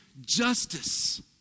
justice